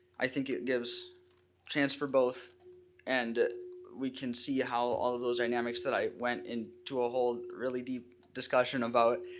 i think it gives chance for both and we can see how all of those dynamics that i went into a whole really deep discussion about,